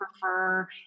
prefer